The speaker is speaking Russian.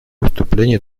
выступлении